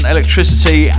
Electricity